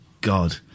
God